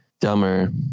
dumber